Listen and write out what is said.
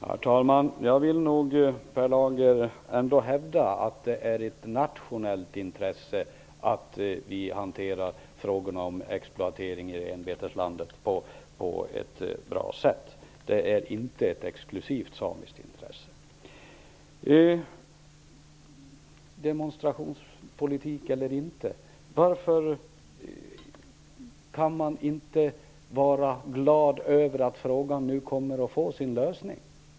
Herr talman! Jag vill nog, Per Lager, ändå hävda att det är av nationellt intresse att vi hanterar frågorna om exploatering i renbeteslandet på ett bra sätt. Detta är inte ett exklusivt samiskt intresse. När det gäller frågan om det här är demonstrationspolitik eller inte undrar jag varför man inte kan vara glad över att frågan nu kommer att få sin lösning.